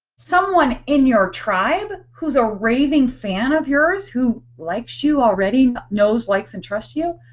someone in your tribe, whose a raving fan of yours, who likes you. already knows, likes, and trusts you.